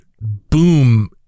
boom